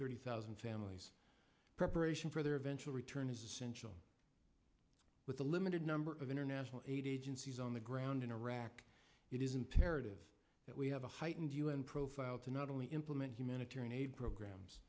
thirty thousand families preparation for their eventual return is essential with the limited number of international aid agencies on the ground in iraq it is imperative that we have a heightened u n profile to not only implement humanitarian aid programs